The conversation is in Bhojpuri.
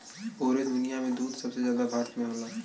पुरे दुनिया में दूध सबसे जादा भारत में होला